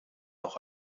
auch